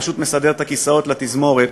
פשוט מסדר את הכיסאות לתזמורת